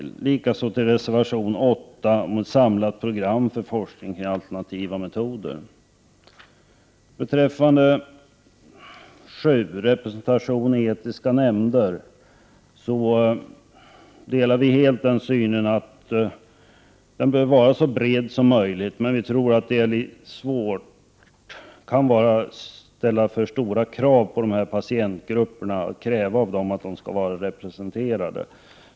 Likaså yrkar jag bifall till reservation 6 om ett samlat program för forskning kring alternativa metoder. Beträffande reservation 7 om representation i de etiska nämnderna delar miljöpartiet helt synen att representationen bör vara så bred som möjligt. 53 Prot. 1988/89:112 Men vi tror att det kan ställa för stora krav på patientgrupperna att kräva av 11 maj 1989 dem att de skall vara representerade.